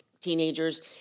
teenagers